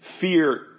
Fear